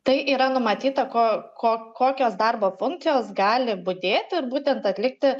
tai yra numatyta ko ko kokios darbo funkcijos gali budėti ir būtent atlikti